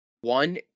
One